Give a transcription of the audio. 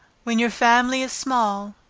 when your family is small,